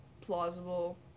plausible